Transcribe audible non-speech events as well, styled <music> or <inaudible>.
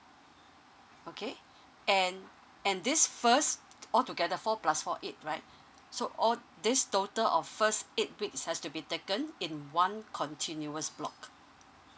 okay <breath> and and this first all together four plus four eight right <breath> so all this total of first eight weeks has to be taken in one continuous block